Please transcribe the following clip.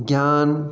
ज्ञान